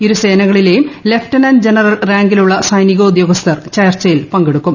ഇരു സേനകളിലെയും lieutenant general റാങ്കിലുള്ള സൈനികോദ്യോഗസ്ഥർ ചർച്ചയിൽ പങ്കെടുക്കും